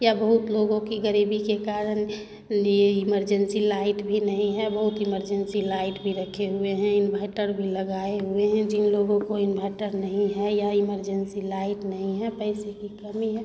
या बहुत लोगों की गरीबी के कारण लिए इमरजेन्सी लाइट भी नहीं है बहुत इमरजेन्सी लाइट भी रखे हुए हैं इंव्हैटर भी लगाए हुए हैं जिन लोगों को इंव्हटर नहीं है या इमरजेन्सी लाइट नहीं है पैसे की कमी है